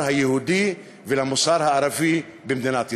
היהודי ולמוסר הערבי במדינת ישראל.